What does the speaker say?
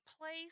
place